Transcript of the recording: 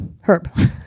Herb